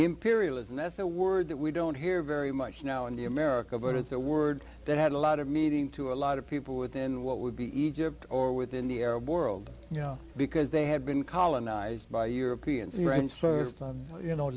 imperialism that's a word that we don't hear very much now in the america but it's a word that had a lot of meeting to a lot of people within what would be egypt or within the arab world you know because they had been colonized by europeans and you know